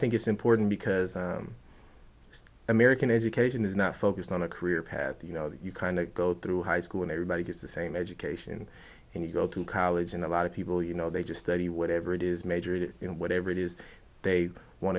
think it's important because american education is not focused on a career path you know you kind of go through high school and everybody gets the same education and you go to college and a lot of people you know they just study whatever it is majored in whatever it is they want